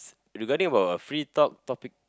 regarding about a free talk topic